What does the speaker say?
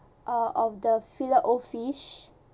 uh of the fillet O fish